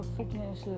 Fitness